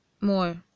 More